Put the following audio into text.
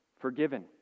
Forgiven